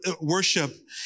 worship